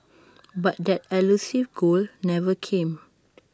but that elusive goal never came